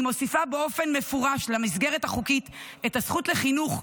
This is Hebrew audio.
היא מוסיפה באופן מפורש למסגרת החוקית את הזכות לחינוך,